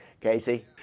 Casey